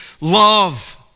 love